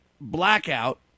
blackout